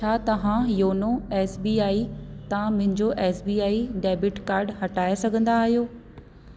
छा तव्हां YONO S B I तां मुंहिंजो S B I debit card हटाए सघंदा आहियो